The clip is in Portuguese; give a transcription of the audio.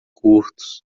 curtos